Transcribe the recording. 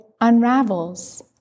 unravels